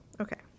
Okay